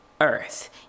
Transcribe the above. earth